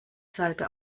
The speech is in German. salbe